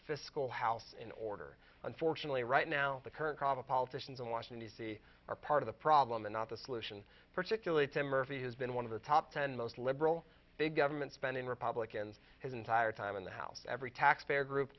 fiscal house in order unfortunately right now the current crop of politicians in washington d c are part of the problem and not the solution particularly tim murphy has been one of the top ten most liberal big government spending republicans his entire time in the house every taxpayer group